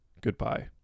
Goodbye